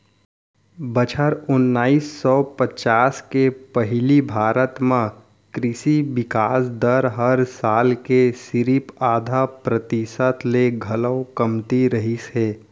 बछर ओनाइस सौ पचास के पहिली भारत म कृसि बिकास दर हर साल के सिरिफ आधा परतिसत ले घलौ कमती रहिस हे